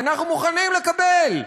אנחנו מוכנים לקבל.